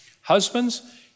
Husbands